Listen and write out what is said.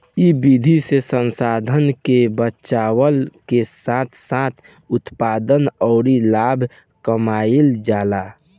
इ विधि से संसाधन के बचावला के साथ साथ उत्पादन अउरी लाभ कमाईल जाला